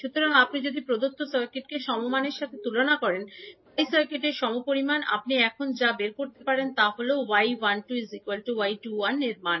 সুতরাং আপনি যদি প্রদত্ত সার্কিটকে সমমানের সাথে তুলনা করেন পাই সার্কিটের সমপরিমাণ আপনি এখন যা বের করতে পারেন তা হল 𝐲12 −05S 𝐲21 এর মান